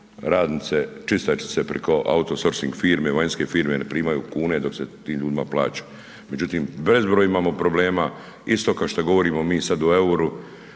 radnice, čistačice preko outsourcing firme, vanjske firme ne primaju kune dok se time ljudima plaća. Međutim, bezbroj imamo problema, isto kao što govorimo mi sad o euru,